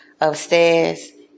upstairs